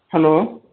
hello